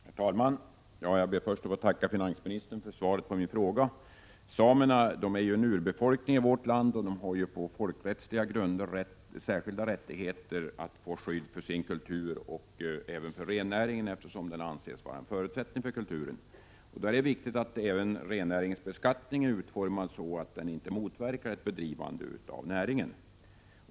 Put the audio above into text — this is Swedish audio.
Herr talman! Jag ber att få tacka finansministern för svaret på min fråga. Samerna är ju en urbefolkning i vårt land, och de har på folkrättsliga grunder särskilda rättigheter att få skydd för sin kultur och även för rennäringen, eftersom den anses vara en förutsättning för den samiska kulturen. Det är därför viktigt att rennäringens beskattning är utformad så, att den inte motverkar ett bedrivande av rennäringen.